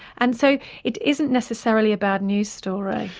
and so it isn't necessarily a bad news story.